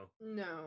No